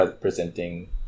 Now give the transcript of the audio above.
presenting